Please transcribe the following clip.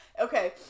Okay